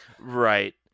Right